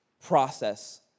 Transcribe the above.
process